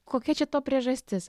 kokia čia to priežastis